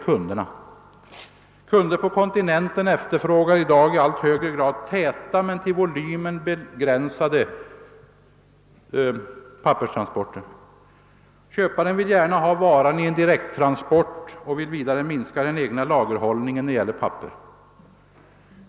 Kunderna nere på kontinenten efterfrågar i dag i allt högre grad täta men till volymen begränsade papperstransporter. Köparen vill gärna ha varan i direkt transport, bland annat för att kunna minska den egna lagerhållningen på papper.